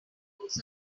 books